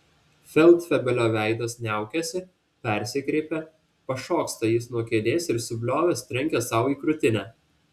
feldfebelio veidas niaukiasi persikreipia pašoksta jis nuo kėdės ir subliovęs trenkia sau į krūtinę